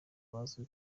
bazi